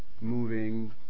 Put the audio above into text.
moving